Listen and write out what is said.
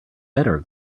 better